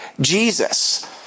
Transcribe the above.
Jesus